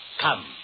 Come